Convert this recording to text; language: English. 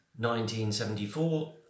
1974